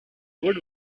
wood